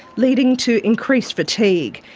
leading to increased fatigue.